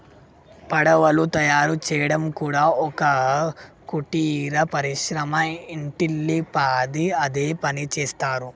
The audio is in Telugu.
పడవలు తయారు చేయడం కూడా ఒక కుటీర పరిశ్రమ ఇంటిల్లి పాది అదే పనిచేస్తరు